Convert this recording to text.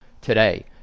today